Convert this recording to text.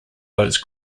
those